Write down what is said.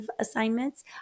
assignments